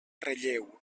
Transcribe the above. relleu